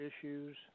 issues